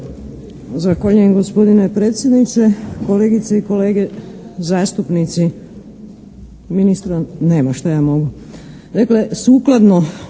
Zahvaljujem gospodine predsjedniče. Kolegice i kolege zastupnici, ministra nema, što ja mogu. Dakle, sukladno